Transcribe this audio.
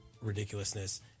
ridiculousness